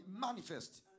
manifest